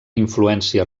influència